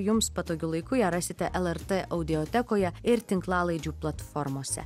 jums patogiu laiku ją rasite lrt audiotekoje ir tinklalaidžių platformose